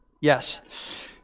yes